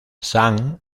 sam